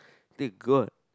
thank god